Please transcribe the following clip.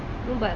no but like